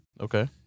Okay